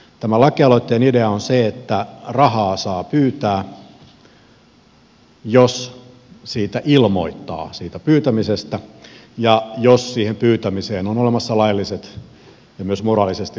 tämän lakialoitteen idea on se että rahaa saa pyytää jos siitä pyytämisestä ilmoittaa ja jos siihen pyytämiseen on olemassa lailliset ja myös moraalisesti hyväksyttävät syyt